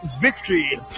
victory